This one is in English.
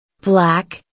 Black